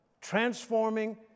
transforming